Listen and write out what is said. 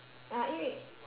uh 因为